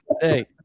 hey